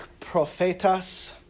prophetas